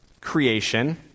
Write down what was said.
creation